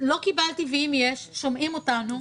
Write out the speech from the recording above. אם שומעים אותנו,